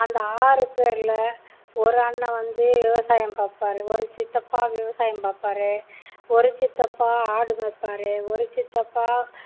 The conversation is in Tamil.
அந்த ஆறு பேரில் ஒரு அண்ணன் வந்து விவசாயம் பாப்பார் ஒரு சித்தப்பா விவசாயம் பாப்பார் ஒரு சித்தப்பா ஆடு மேய்ப்பார் ஒரு சித்தப்பா